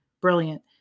Brilliant